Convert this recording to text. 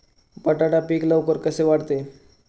बटाटा पीक लवकर कसे वाढते?